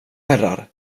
herrar